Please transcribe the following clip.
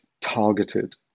targeted